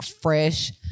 fresh